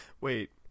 Wait